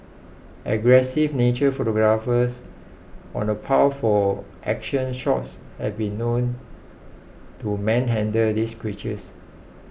aggressive nature photographers on the prowl for action shots have been known to manhandle these creatures